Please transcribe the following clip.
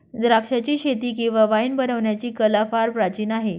द्राक्षाचीशेती किंवा वाईन बनवण्याची कला फार प्राचीन आहे